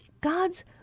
God's